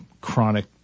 chronic